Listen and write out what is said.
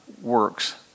works